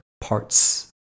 parts